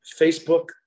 Facebook